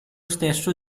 stesso